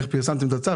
כשפרסמתם את הצו,